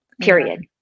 period